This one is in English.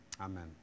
Amen